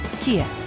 Kia